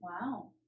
wow